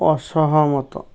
ଅସହମତ